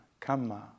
kamma